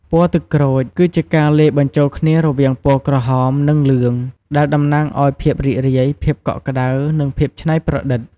ពណ៌ទឹកក្រូច គឺជាការលាយបញ្ចូលគ្នារវាងពណ៌ក្រហម និងលឿង ដែលតំណាងឱ្យ ភាពរីករាយ ភាពកក់ក្តៅ និងភាពច្នៃប្រឌិត។